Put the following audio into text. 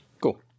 Cool